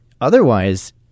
Otherwise